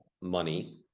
money